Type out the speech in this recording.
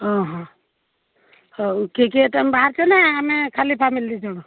ହଁ ହଁ ହଉ କିଏ କିଏ ତମେ ବାହାରୁଛ ନା ଆମେ ଖାଲି ଫ୍ୟାମିଲି ଦୁଇ ଜଣ